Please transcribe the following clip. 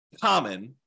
common